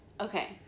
Okay